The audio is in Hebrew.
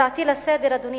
הצעתי לסדר-היום,